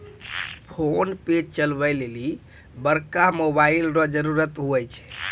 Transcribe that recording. PhonePe चलबै लेली बड़का मोबाइल रो जरुरत हुवै छै